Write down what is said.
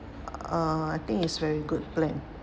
uh I think is very good plan